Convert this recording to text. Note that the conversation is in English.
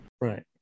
Right